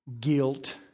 guilt